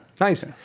nice